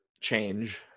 change